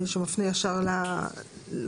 שמפנה ישר לחיוב.